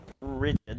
rigid